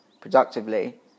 productively